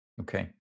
Okay